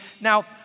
Now